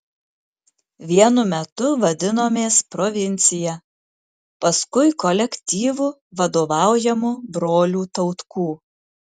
vienu metu vadinomės provincija paskui kolektyvu vadovaujamu brolių tautkų